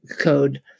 code